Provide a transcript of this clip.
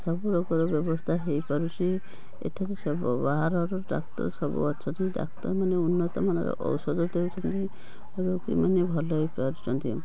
ସବୁରୋଗର ବ୍ୟବସ୍ଥା ହେଇପାରୁଛି ଏଠାରେ ସବୁ ବାହାରର ଡାକ୍ତର ସବୁ ଅଛନ୍ତି ଡାକ୍ତରମାନେ ଉନ୍ନତମାନର ଔଷଧ ଦେଉଛନ୍ତି ରୋଗୀମାନେ ଭଲ ହେଇ ପାରୁଛନ୍ତି